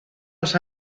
los